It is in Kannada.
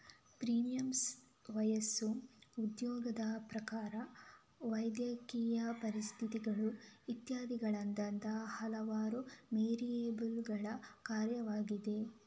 ಪ್ರೀಮಿಯಂ ವಯಸ್ಸು, ಉದ್ಯೋಗದ ಪ್ರಕಾರ, ವೈದ್ಯಕೀಯ ಪರಿಸ್ಥಿತಿಗಳು ಇತ್ಯಾದಿಗಳಂತಹ ಹಲವಾರು ವೇರಿಯಬಲ್ಲುಗಳ ಕಾರ್ಯವಾಗಿದೆ